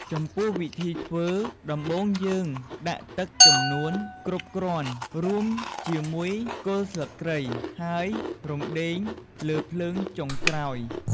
ចំពោះវិធីធ្វើ ដំបូងយើងដាក់ទឹកចំនួនគ្រប់គ្រាន់រួមជាមួយគល់ស្លឹកគ្រៃ ហើយរំដេងលើភ្លើងចុងក្រោយ ។